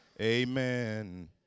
Amen